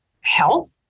health